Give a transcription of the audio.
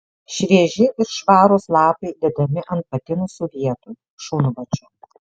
švieži ir švarūs lapai dedami ant patinusių vietų šunvočių